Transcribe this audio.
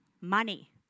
money